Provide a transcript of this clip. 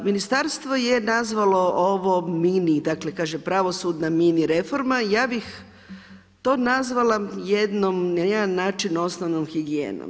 Ministarstvo je nazvalo ovo mini, dakle kaže pravosudna mini reforma, ja bih to nazvala jednom, na jedan način osnovnom higijenom.